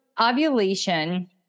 ovulation